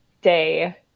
day